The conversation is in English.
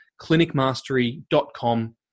clinicmastery.com